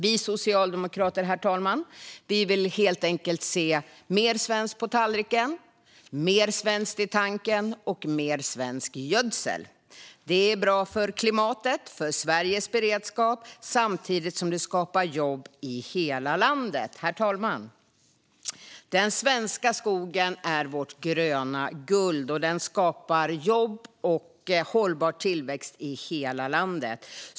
Vi socialdemokrater vill helt enkelt se mer svenskt på tallriken, mer svenskt i tanken och mer svensk gödsel. Det är bra för klimatet och för Sveriges beredskap samtidigt som det skapar jobb i hela landet. Herr talman! Den svenska skogen är vårt gröna guld. Den skapar jobb och hållbar tillväxt i hela landet.